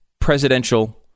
presidential